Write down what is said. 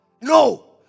No